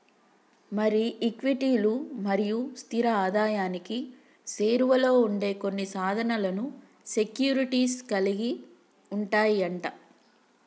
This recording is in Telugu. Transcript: మరి ఈక్విటీలు మరియు స్థిర ఆదాయానికి సేరువలో ఉండే కొన్ని సాధనాలను సెక్యూరిటీస్ కలిగి ఉంటాయి అంట